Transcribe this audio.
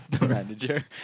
manager